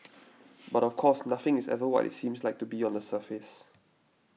but of course nothing is ever what it seems like to be on the surface